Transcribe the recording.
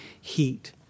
heat